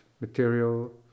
material